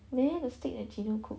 there the steak that jinny cooked